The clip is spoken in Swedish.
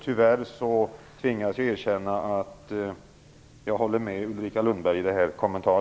Tyvärr tvingas jag erkänna att jag instämmer i Ulrika Lundbergs kommentar.